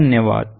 धन्यवाद